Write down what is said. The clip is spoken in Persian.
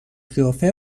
قیافه